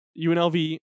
unlv